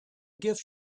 gift